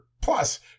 plus